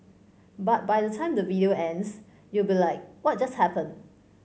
but by the time the video ends you'll be like what just happened